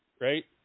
Right